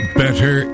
better